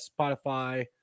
Spotify